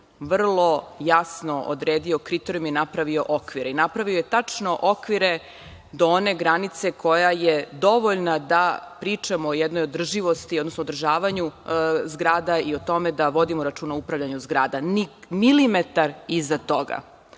vrlo jasno odredio kriterijume i napravio okvire. Napravio je tačno okvire do one granice koja je dovoljna da pričamo o jednoj održivosti, odnosno održavanju zgrada i o tome da vodimo računa o upravljanju zgrada. Ni milimetar iza toga. Što